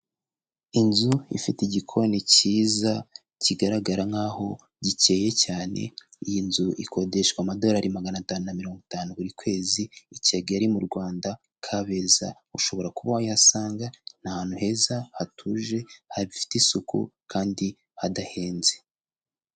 Inzu ifite igikoni cyiza kigaragara nk'aho gikeye cyane, iyi nzu ikodeshwa amadolari magana atanu na mirongo itanu buri kwezi i Kigali mu Rwanda, Kabeza, ushobora kuba wayihasanga, ni ahantu heza hatuje, hafite isuku kandi hadahenze.